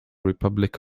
republic